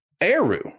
Eru